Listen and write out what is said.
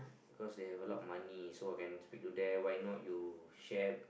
cause they have a lot of money so I can speak to them why not you shape